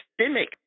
systemic